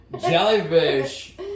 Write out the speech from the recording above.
Jellyfish